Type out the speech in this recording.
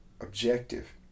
objective